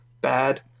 bad